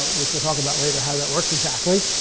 which we'll talk about later how that works exactly,